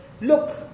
look